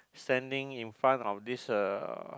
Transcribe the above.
standing in front of this uh